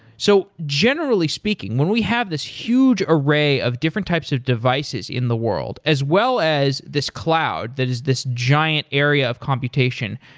so generally speaking, when we have this huge array of different types of devices in the world as well as this cloud that is this giant area of computation,